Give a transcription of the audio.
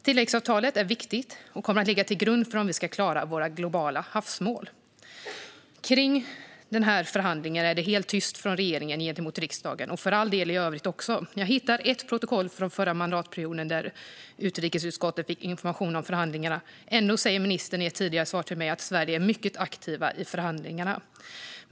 Tilläggsavtalet är viktigt och kommer att ligga till grund för om vi ska klara våra globala havsmål. När det gäller denna förhandling är det helt tyst från regeringen gentemot riksdagen, och för all del i övrigt också. Jag har hittat ett protokoll från förra mandatperioden där utrikesutskottet fick information om förhandlingarna. Ändå har ministern i ett tidigare svar till mig sagt att Sverige är mycket aktivt i förhandlingarna.